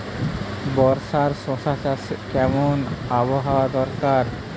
বর্ষার শশা চাষে কেমন আবহাওয়া দরকার?